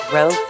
Row